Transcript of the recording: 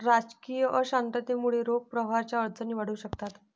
राजकीय अशांततेमुळे रोख प्रवाहाच्या अडचणी वाढू शकतात